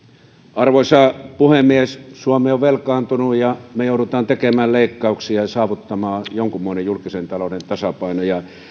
arvoisa puhemies suomi on velkaantunut ja me joudumme tekemään leikkauksia ja saavuttamaan jonkunmoisen julkisen talouden tasapainon